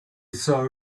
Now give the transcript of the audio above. saw